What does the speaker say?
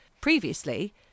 previously